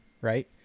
right